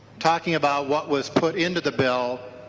talking about what was put into the bill